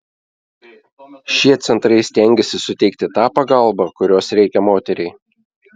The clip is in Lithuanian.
šie centrai stengiasi suteikti tą pagalbą kurios reikia moteriai